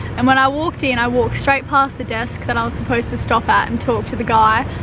and when i walked in, i walked straight past the desk that i was supposed to stop at and talk to the guy,